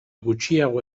gutxiago